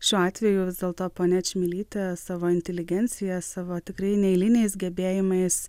šiuo atveju vis dėlto ponia čmilytė savo inteligencija savo tikrai neeiliniais gebėjimais